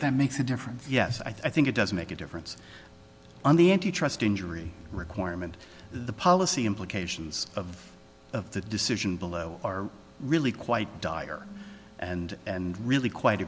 that makes a difference yes i think it does make a difference on the antitrust injury requirement the policy implications of of the decision below are really quite dire and and really quite